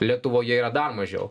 lietuvoje yra dar mažiau